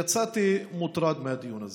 יצאתי מוטרד מהדיון הזה.